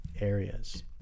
areas